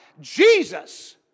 Jesus